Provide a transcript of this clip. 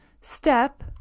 step